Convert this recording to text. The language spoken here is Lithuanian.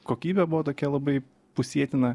kokybė buvo tokia labai pusėtina